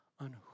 on